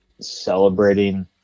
celebrating –